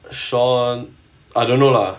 sean I don't know lah